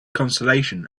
consolation